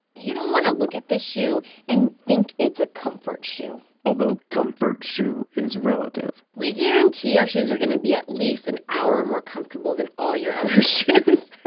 you don't want to look at the shoe and think it's a comfort shoe although comfort shoe is relative we guarantee our shoes are going to be at least an hour more comfortable than all your other shoes